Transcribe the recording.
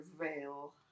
veil